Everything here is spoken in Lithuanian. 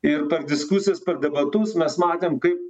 ir per diskusijas per debatus mes matėm kaip